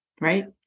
right